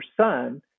son